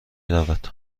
رود